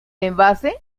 envase